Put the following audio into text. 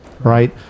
right